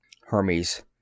Hermes